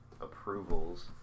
approvals